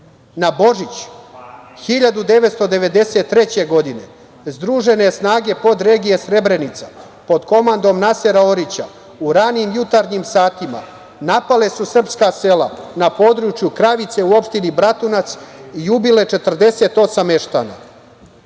Božić 1993. godine združene snage podregije Srebrenica pod komandom Nasera Orića, u ranim jutarnjim satima napale su sprska sela na području Kravice u opštini Bratunac i ubile 48 meštana. Od